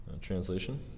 Translation